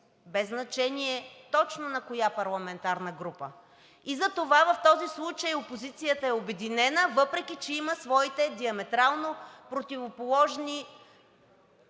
без значение точно на коя парламентарна група. Затова в този случай опозицията е обединена, въпреки че има своите диаметрално противоположни